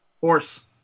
Horse